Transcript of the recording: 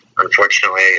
unfortunately